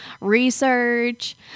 Research